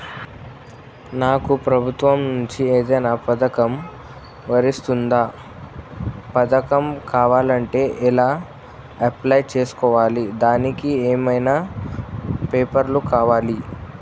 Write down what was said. నాకు ప్రభుత్వం నుంచి ఏదైనా పథకం వర్తిస్తుందా? పథకం కావాలంటే ఎలా అప్లై చేసుకోవాలి? దానికి ఏమేం పేపర్లు కావాలి?